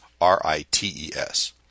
R-I-T-E-S